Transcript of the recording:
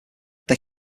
they